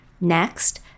Next